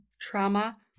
trauma